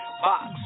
Box